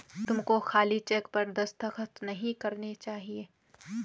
तुमको खाली चेक पर दस्तखत नहीं करने चाहिए